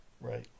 right